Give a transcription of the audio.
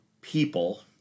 people